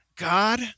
God